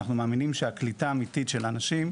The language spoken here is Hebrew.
אנחנו מאמינים שהקליטה האמיתית של האנשים,